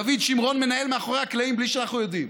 דוד שמרון מנהל מאחורי הקלעים בלי שאנחנו יודעים,